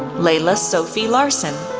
leyla sophie larsson,